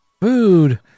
food